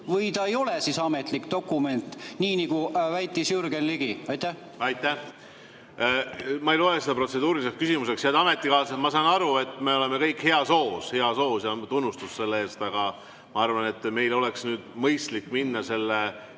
või ta ei ole ametlik dokument, nii nagu väitis Jürgen Ligi? Aitäh! Ma ei loe seda protseduuriliseks küsimuseks. Head ametikaaslased, ma saan aru, et me oleme kõik heas hoos, ja tunnustus selle eest, aga ma arvan, et meil oleks mõistlik minna selle